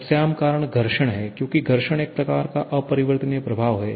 सबसे आम कारण घर्षण हैं क्योंकि घर्षण एक प्रकार का अपरिवर्तनीय प्रभाव है